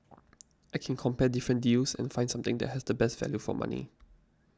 I can compare different deals and find something that has the best value for money